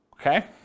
Okay